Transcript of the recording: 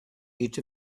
each